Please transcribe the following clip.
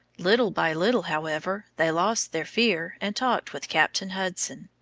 little by little, however, they lost their fear and talked with captain hudson.